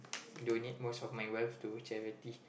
donate most of my wealth to charity